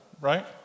right